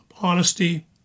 honesty